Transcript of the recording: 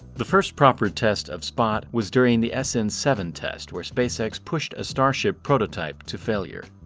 the first proper test of spot was during the s n seven test where spacex pushed a starship prototype to failure.